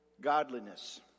godliness